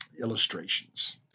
illustrations